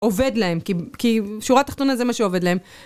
עובד להם, כי שורה התחתונה זה מה שעובד להם.